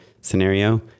scenario